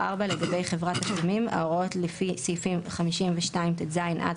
"(4) לגבי חברת תשלומים - ההוראות לפי סעיפים 52טז עד